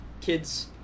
kids